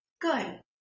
Good